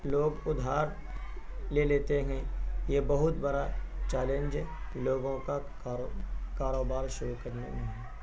لوگ ادھار لے لیتے ہیں یہ بہت بڑا چیلنج لوگوں کا کاروبار شروع کرنے میں ہے